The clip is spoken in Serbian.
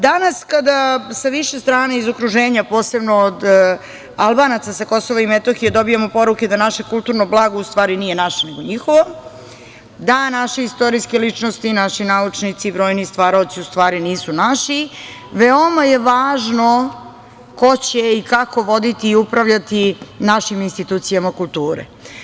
Danas kada sa više strana iz okruženja, posebno od Albanaca sa KiM dobijemo poruke da naše kulturno blago u stvari nije naše nego njihovo, da naše istorijske ličnosti i naši naučnici i brojni stvaraoci u stvari nisu naši veoma je važno ko će i kako voditi i upravljati našim institucijama kulture.